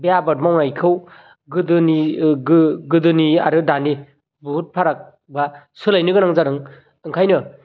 बे आबाद मावनायखौ गोदोनि आरो दानि बहुद फाराग बा सोलायनो गोनां जादों ओंखायनो